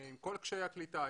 עם כל קשיי הקליטה,